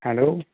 hello